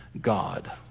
God